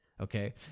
okay